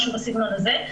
משהו בסגנון הזה.